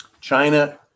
China